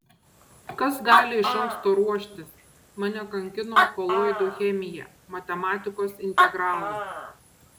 kas gali iš anksto ruoštis mane kankino koloidų chemija matematikos integralai